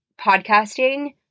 podcasting